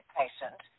patient